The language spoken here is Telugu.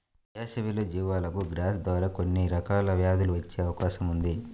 వేసవిలో జీవాలకు గ్రాసం ద్వారా కొన్ని రకాల వ్యాధులు వచ్చే అవకాశం ఉంది